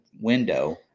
window